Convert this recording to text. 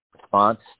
Response